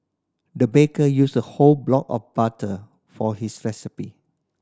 the baker used a whole block of butter for his recipe